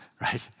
Right